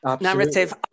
narrative